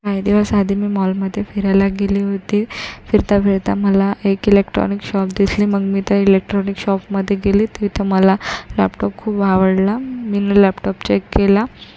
काही दिवसाआधी मी मॉलमध्ये फिरायला गेले होते फिरता फिरता मला एक इलेक्ट्रॉनिक शॉप दिसले मग मी त्या इलेक्ट्रॉनिक शॉपमध्ये गेले तिथं मला लॅपटॉप खूप आवडला मी लॅपटॉप चेक केला